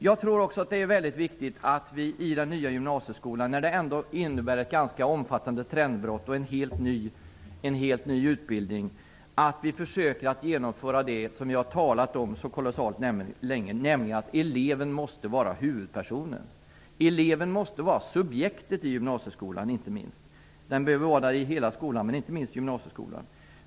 Jag tror också att det är väldigt viktigt att vi i den nya gymnasieskolan, eftersom den innebär ett ganska omfattande trendbrott, och en helt ny utbildning, försöker genomföra det som vi har talat om så kolossalt länge, nämligen att eleven måste vara huvudpersonen. Eleven måste vara subjektet i hela skolan, och inte minst i gymnasieskolan.